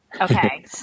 Okay